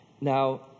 Now